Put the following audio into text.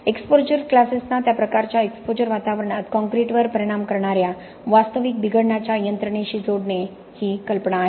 exposure क्लासेसना त्या प्रकारच्या एक्सपोजर वातावरणात कंक्रीटवर परिणाम करणाऱ्या वास्तविक बिघडण्याच्या यंत्रणेशी जोडणे ही कल्पना आहे